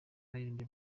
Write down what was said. baririmbye